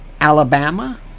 Alabama